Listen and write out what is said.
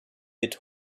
mit